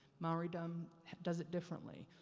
maoridom does it differently.